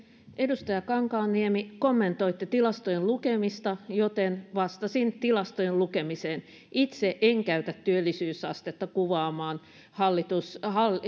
edustaja kankaanniemi kommentoitte tilastojen lukemista joten vastasin tilastojen lukemiseen itse en käytä työllisyysastetta kuvaamaan